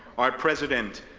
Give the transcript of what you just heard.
our president,